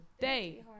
day